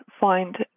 find